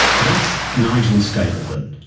that's nigel stapledon,